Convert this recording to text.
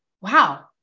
wow